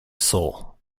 soul